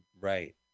Right